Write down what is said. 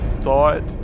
thought